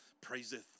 Praiseth